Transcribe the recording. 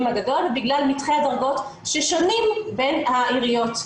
הגדולים ובגלל מתחי הדרגות ששונים בין העיריות,